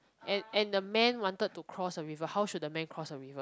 and and the man wanted to cross the river how should the man cross the river